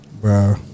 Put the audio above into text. Bro